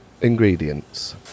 Ingredients